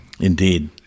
Indeed